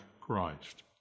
Christ